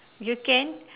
you can